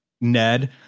ned